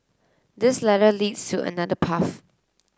this ladder leads to another path